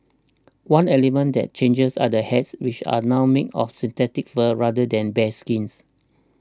one element that changed are the hats which are now made of synthetic fur rather than bearskins